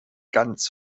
ganz